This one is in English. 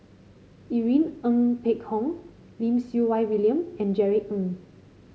Irene Ng Phek Hoong Lim Siew Wai William and Jerry Ng